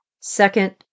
Second